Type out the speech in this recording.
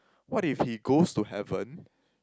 what if he goes to heaven